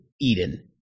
Eden